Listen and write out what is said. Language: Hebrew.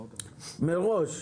מראש.